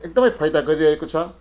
एकदमै फाइदा गरिरहेको छ